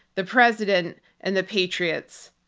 the president and the patriots.